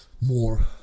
more